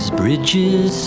bridges